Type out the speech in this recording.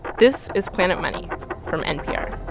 this is planet money from npr